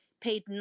paid